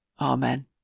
Amen